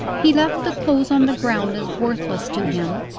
he left the clothes on the ground as worthless to him,